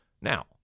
Now